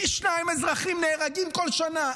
פי שניים אזרחים נהרגים כל שנה,